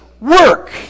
work